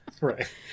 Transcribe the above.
Right